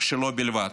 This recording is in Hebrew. שלו בלבד.